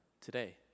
today